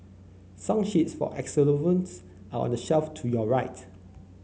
song sheets for xylophones are on the shelf to your right